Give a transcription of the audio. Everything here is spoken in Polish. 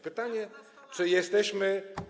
Pytanie, czy jesteśmy.